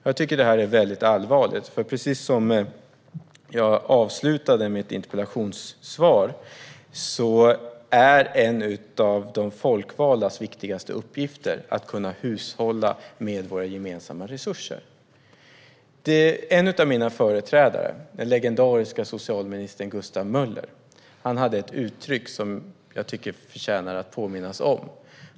Jag tycker att detta är allvarligt, för precis som jag avslutade med att säga i mitt interpellationssvar är en av de folkvaldas viktigaste uppgifter att kunna hushålla med våra gemensamma resurser. En av mina företrädare, den legendariske socialministern Gustaf Möller, hade ett uttryck som jag tycker förtjänar att påminnas om.